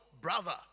brother